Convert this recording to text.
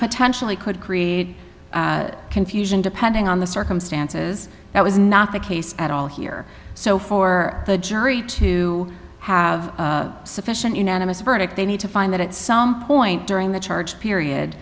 potentially could create confusion depending on the circumstances that was not the case at all here so for the jury to have sufficient unanimous verdict they need to find that at some point during the charge period